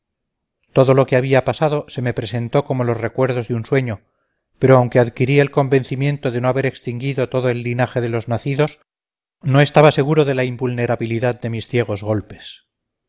todo lo que había pasado se me presentó como los recuerdos de un sueño pero aunque adquirí el convencimiento de no haber extinguido todo el linaje de los nacidos no estaba seguro de la invulnerabilidad de mis ciegos golpes